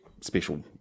special